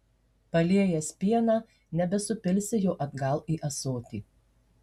paliejęs pieną nebesupilsi jo atgal į ąsotį